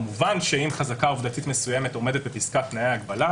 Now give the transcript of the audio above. כמובן שאם חזקה עובדתית מסוימת עומדת בפסקת תנאי ההגבלה,